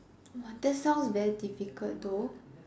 !wah! that sounds very difficult though